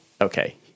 Okay